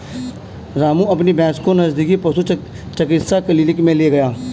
रामू अपनी भैंस को नजदीकी पशु चिकित्सा क्लिनिक मे ले गया